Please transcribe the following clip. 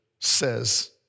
says